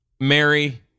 Mary